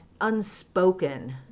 unspoken